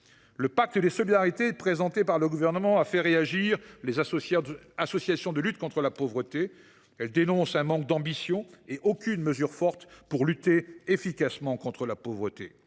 Le pacte des solidarités présenté par le Gouvernement a fait réagir les associations de lutte contre la pauvreté : celles ci dénoncent un manque d’ambition et déplorent l’absence de dispositions fortes pour lutter efficacement contre la pauvreté.